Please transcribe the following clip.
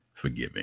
Forgiving